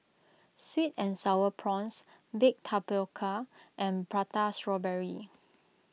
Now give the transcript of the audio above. Sweet and Sour Prawns Baked Tapioca and Prata Strawberry